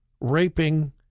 raping